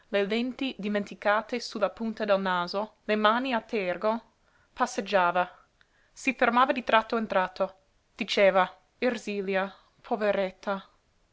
le lenti dimenticate su la punta del naso le mani a tergo passeggiava si fermava di tratto in tratto diceva ersilia poveretta